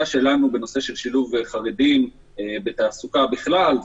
שלנו בנושא של שילוב חרדים בתעסוקה בכלל,